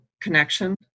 connection